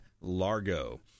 Largo